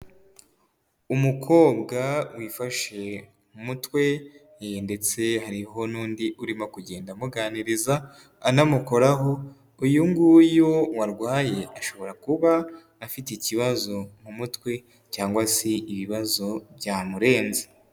Umukobwa wifashe mu mutwe ndetse hariho n'undi urimo kugenda amuganiriza, anamukoraho, uyu nguyu warwaye ashobora kuba afite ikibazo mu mutwe cyangwa se ibibazo byamurenze.